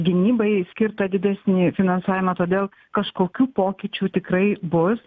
gynybai skirtą didesnį finansavimą todėl kažkokių pokyčių tikrai bus